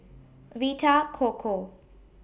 Vita Coco